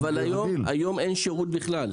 אבל היום אין בכלל שירות.